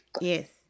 Yes